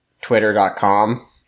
twitter.com